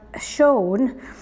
shown